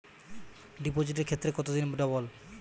ডিপোজিটের ক্ষেত্রে কত দিনে ডবল?